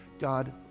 god